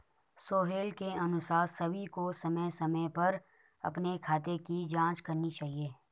सोहेल के अनुसार सभी को समय समय पर अपने खाते की जांच करनी चाहिए